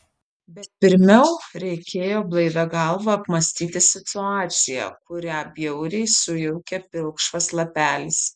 bet pirmiau reikėjo blaivia galva apmąstyti situaciją kurią bjauriai sujaukė pilkšvas lapelis